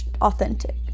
authentic